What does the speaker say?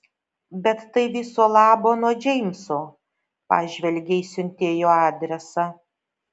bet tai viso labo nuo džeimso pažvelgė į siuntėjo adresą